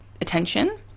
attention